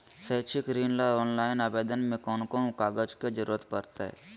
शैक्षिक ऋण ला ऑनलाइन आवेदन में कौन कौन कागज के ज़रूरत पड़तई?